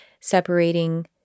separating